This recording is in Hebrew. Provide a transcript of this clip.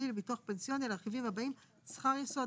העובד ועל הרכיבים הבאים: שכר יסוד,